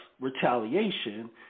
retaliation